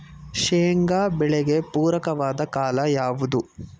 ಶೇಂಗಾ ಬೆಳೆಗೆ ಪೂರಕವಾದ ಕಾಲ ಯಾವುದು?